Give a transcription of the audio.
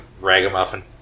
ragamuffin